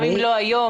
גם אם לא היום,